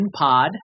pod